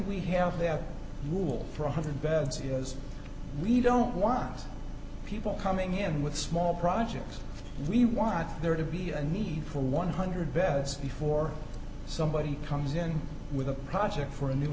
they have a rule for one hundred beds is we don't want people coming in with small projects we want there to be a need for one hundred beds before somebody comes in with a project for a new